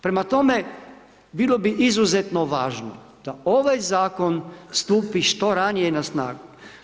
Prema tome, bilo bi izuzetno važno da ovaj Zakon stupi što ranije na snagu.